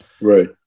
Right